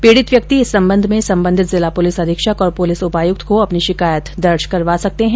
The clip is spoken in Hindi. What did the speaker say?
पीड़ित व्यक्ति इस सम्बन्ध में संबंधित जिला पुलिस अधीक्षक और पुलिस उपायुक्त को अपनी शिकायत दर्ज करवा सकते हैं